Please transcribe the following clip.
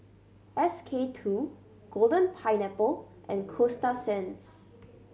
S K Two Golden Pineapple and Coasta Sands